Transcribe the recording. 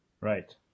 Right